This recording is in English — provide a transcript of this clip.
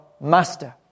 master